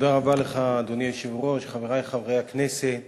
אדוני היושב-ראש, תודה רבה לך, חברי חברי הכנסת,